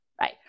Right